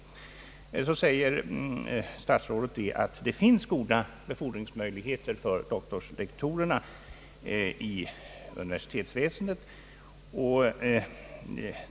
Statsrådet säger också att det finns goda befordringsmöjligheter för doktorslektorerna inom universitetsväsendet.